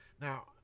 Now